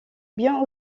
bien